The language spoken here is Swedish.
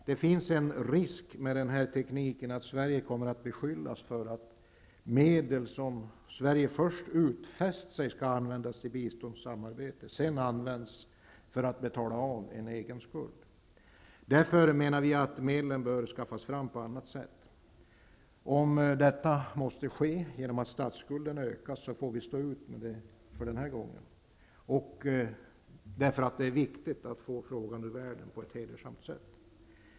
Det finns en risk med den här tekniken -- att Sverige kommer att beskyllas för att medel som Sverige först utfäst sig att använda till biståndssamarbete sedan används för att betala av en egen skuld. Därför menar vi att medlen bör skaffas fram på annat sätt. Om detta måste ske genom att statsskulden ökas, så får vi stå ut med det för den här gången, eftersom det är viktigt att få frågan ur världen på ett hedersamt sätt.